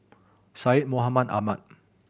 Syed Mohamed Ahmed